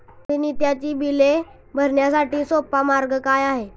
माझी नित्याची बिले भरण्यासाठी सोपा मार्ग काय आहे?